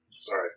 Sorry